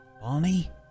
Barney